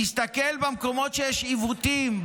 תסתכל במקומות שבהם יש עיוותים,